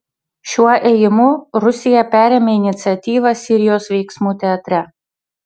šiuo ėjimu rusija perėmė iniciatyvą sirijos veiksmų teatre